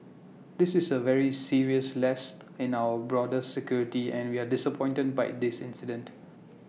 this is A very serious lapse in our border security and we are disappointed by in this incident